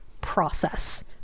process